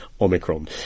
Omicron